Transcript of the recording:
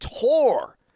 tore